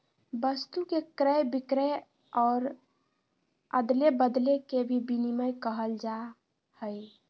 वस्तु के क्रय विक्रय और अदले बदले के भी विनिमय कहल जाय हइ